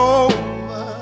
over